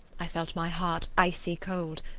i felt my heart icy cold,